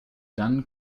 dann